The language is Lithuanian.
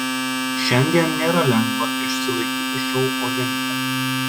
šiandien nėra lengva išsilaikyti šou olimpe